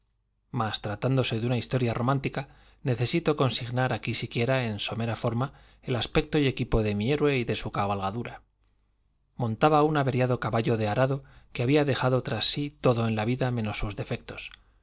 mas tratándose de una historia romántica necesito consignar aquí siquiera en somera forma el aspecto y equipo de mi héroe y de su cabalgadura montaba un averiado caballo de arado que había dejado tras sí todo en la vida menos sus defectos